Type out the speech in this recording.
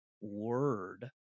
word